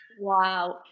Wow